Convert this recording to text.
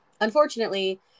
unfortunately